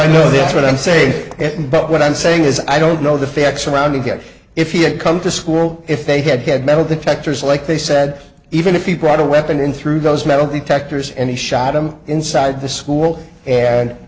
right know this what i'm saying it but what i'm saying is i don't know the facts around again if he had come to school if they had had metal detectors like they said even if you brought a weapon in through those metal detectors and he shot them inside the school and